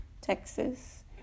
Texas